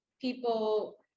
people